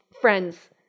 friends